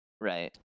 Right